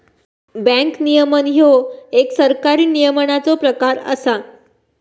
bank नियमन ह्यो एक सरकारी नियमनाचो प्रकार असा